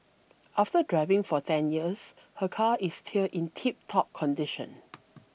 after driving for ten years her car is still in tiptop condition